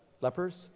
lepers